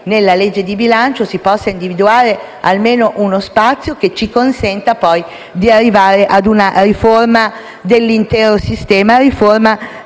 nella legge di bilancio si possa individuare almeno uno spazio che ci consenta di arrivare ad una riforma dell'intero sistema, di